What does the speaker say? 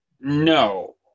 no